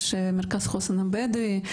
יש מרכז החוסן הבדואי,